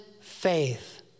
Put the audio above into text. faith